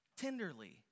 tenderly